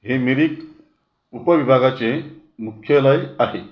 हे मिरिक उपविभागाचे मुख्यालय आहे